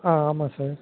ஆ ஆமாம் சார்